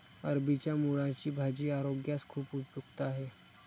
अरबीच्या मुळांची भाजी आरोग्यास खूप उपयुक्त आहे